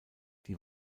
die